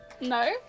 No